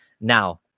Now